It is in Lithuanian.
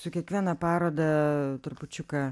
su kiekviena paroda trupučiuką